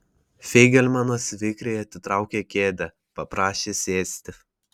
feigelmanas vikriai atitraukė kėdę paprašė sėsti